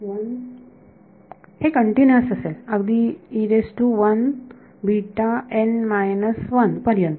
आणि हे कंटीन्यूअस असेल अगदी पर्यंत